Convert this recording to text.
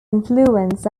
influences